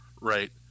right